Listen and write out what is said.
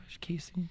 Casey